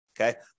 Okay